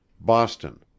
Boston